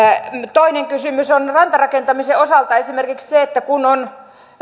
toinen kysymys on rantarakentamisen osalta esimerkiksi se että kun on